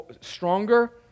Stronger